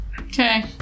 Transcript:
Okay